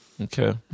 Okay